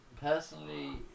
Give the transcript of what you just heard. personally